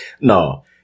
No